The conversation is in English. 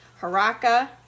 Haraka